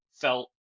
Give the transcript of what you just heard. felt